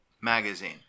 magazine